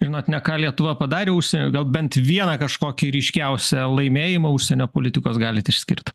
žinot ne ką lietuva padarė užsieny gal bent vieną kažkokį ryškiausią laimėjimą užsienio politikos galit išskirt